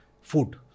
food